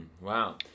Wow